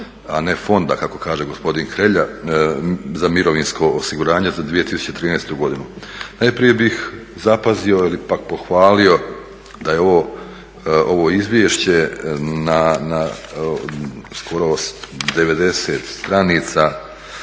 a ne fonda kako kaže gospodin Hrelja za mirovinsko osiguranje za 2013. godinu. Najprije bih zapazio ili pak pohvalio da je ovo izvješće na skoro 90 stranica